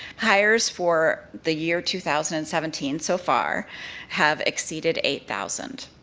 hires for the year two thousand and seventeen so far have exceeded eight thousand.